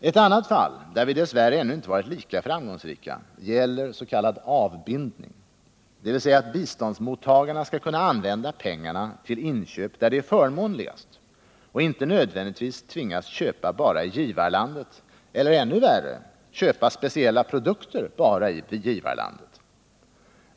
Ett annat fall — där vi dess värre ännu inte varit lika framgångsrika — gäller s.k. avbindning, dvs. att biståndsmottagarna skall kunna använda pengarna till inköp där det är förmånligast och inte nödvändigtvis tvingas köpa bara i givarlandet.